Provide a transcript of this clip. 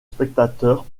spectateur